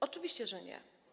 Oczywiście, że nie.